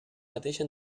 mateixa